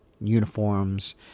uniforms